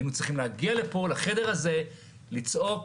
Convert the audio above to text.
היינו צריכים להגיע לפה לחדר הזה, לצעוק,